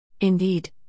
Indeed